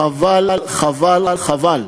חבל, חבל, חבל,